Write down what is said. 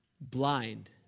blind